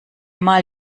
mal